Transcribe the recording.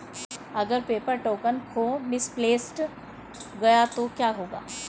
अगर paper token खो misplaced गया तो क्या होगा?